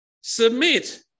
submit